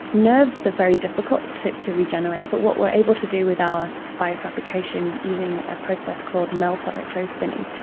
nerves are very difficult to to regenerate but what we are able to do with our biofabrication, using a process called melt electrospinning,